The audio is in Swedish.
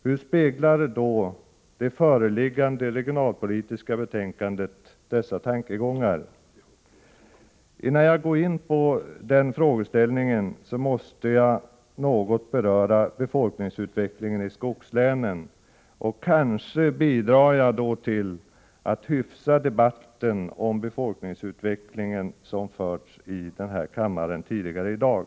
Hur speglar då det föreliggande regionalpolitiska betänkandet dessa tankegångar? Innan jag går in på den frågeställningen måste jag något beröra befolkningsutvecklingen i skogslänen. Kanske bidrar jag då till att hyfsa den debatt om befolkningsutvecklingen som förts här i kammaren tidigare i dag.